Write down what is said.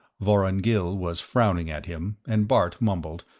vorongil was frowning at him, and bart mumbled,